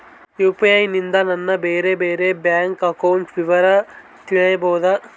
UPI ನಿಂದ ನನ್ನ ಬೇರೆ ಬೇರೆ ಬ್ಯಾಂಕ್ ಅಕೌಂಟ್ ವಿವರ ತಿಳೇಬೋದ?